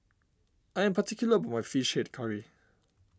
I am particular about my Fish Head Curry